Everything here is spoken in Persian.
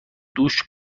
دوش